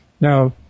Now